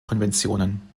konventionen